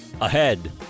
Ahead